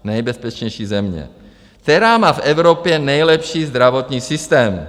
Nejbezpečnější země, která má v Evropě nejlepší zdravotní systém.